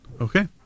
Okay